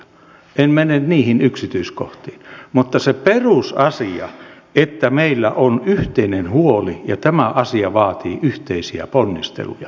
en mene niihin yksityiskohtiin mutta se on perusasia että meillä on yhteinen huoli ja tämä asia vaatii yhteisiä ponnisteluja eikä vastakkainasettelua